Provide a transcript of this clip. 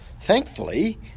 thankfully